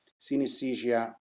synesthesia